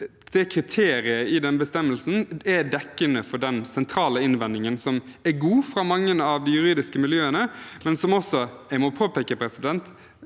Kriteriet i den bestemmelsen er dekkende for den sentrale innvendingen, som er god, fra mange av de juridiske miljøene, men som jeg også må påpeke at